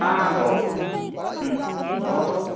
भोः भोः